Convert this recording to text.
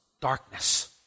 darkness